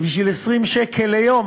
בשביל 20 שקל ליום